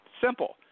Simple